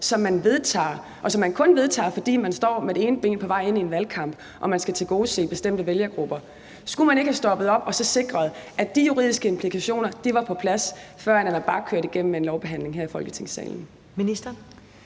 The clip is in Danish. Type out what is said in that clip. som man kun vedtager, fordi man står med det ene ben på vej ind i en valgkamp og man skal tilgodese bestemte vælgergrupper – var afklaret og på plads, før man bare kørte igennem med en lovbehandling her i Folketingssalen?